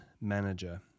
manager